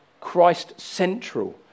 Christ-central